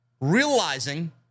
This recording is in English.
realizing